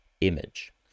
image